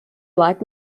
black